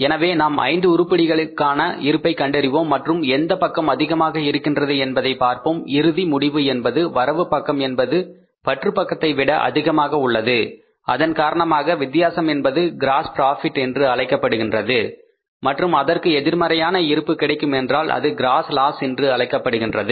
எனவே நாம் இந்த ஐந்து உருப்படிகளுக்கான இருப்பை கண்டறிவோம் மற்றும் எந்த பக்கம் அதிகமாக இருக்கின்றது என்பதை பார்ப்போம் இறுதி முடிவு என்பது வரவு பக்கம் என்பது பற்று பக்கத்தை விட அதிகமாக உள்ளது அதன் காரணமாக வித்தியாசம் என்பது க்ராஸ் ப்ராபிட் என்று அழைக்கப்படுகின்றது மற்றும் அதற்கு எதிர்மறையான இருப்பு கிடைக்குமென்றால் அது க்ராஸ் லாஸ் என்று அழைக்கப்படுகின்றது